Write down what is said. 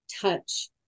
touch